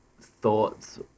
thoughts